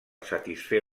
satisfer